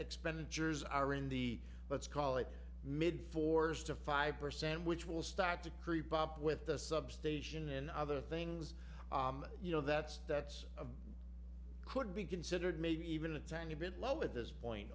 expenditures are in the let's call it mid fours to five percent which will start to creep up with the substation in other things you know that's that's a could be considered maybe even a tiny bit low at this point